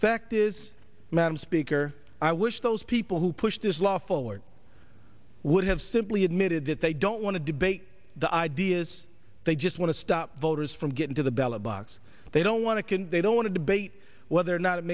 fact is madam speaker i wish those people who pushed this law forward would have simply admitted that they don't want to debate the ideas they just want to stop voters from getting to the ballot box they don't want to can they don't want to debate whether or not it